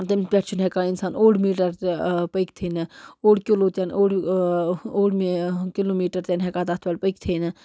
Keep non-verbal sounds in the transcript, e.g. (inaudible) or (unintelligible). تَمہِ پٮ۪ٹھ چھُنہٕ ہٮ۪کان اِنسان اوٚڑ میٖٹَر تہِ پٔکۍتھٕے نہٕ اوٚڑ کِلوٗ تِنہٕ اوٚڑ اوٚڑ (unintelligible) کِلوٗ میٖٹَر تِنہٕ ہٮ۪کان تَتھ پٮ۪ٹھ پٔکۍتھٕے نہٕ